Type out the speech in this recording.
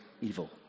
evil